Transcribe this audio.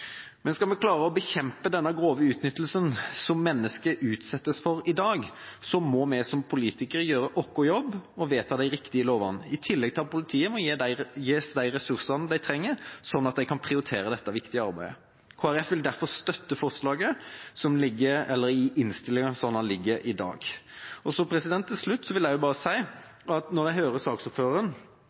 Skal vi klare å bekjempe denne grove utnyttelsen som mennesker utsettes for i dag, må vi som politikere gjøre vår jobb og vedta de riktige lovene – i tillegg til at politiet må gis de ressursene de trenger, slik at de kan prioritere dette viktige arbeidet. Kristelig Folkeparti vil derfor støtte forslaget til vedtak i innstillinga slik det er i dag. Nå er jeg sikker på at statsråden senere i dag vil